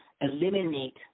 eliminate